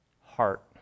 heart